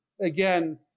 again